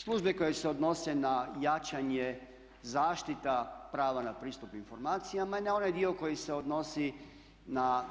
Službe koje se odnose na jačanje, zaštita prava na pristup informacijama i na onaj dio koji se odnosi na